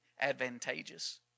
advantageous